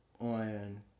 on